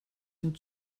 den